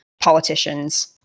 politicians